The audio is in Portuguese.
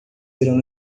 serão